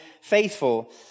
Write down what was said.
faithful